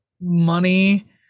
money